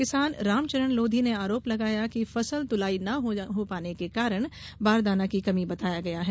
किसान रामचरण लोधी ने आरोप लगाया कि फसल तुलाई ना हो पाने का कारण बारदाना की कमी बताया गया है